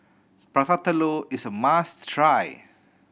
Prata Telur is a must try